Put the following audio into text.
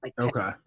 okay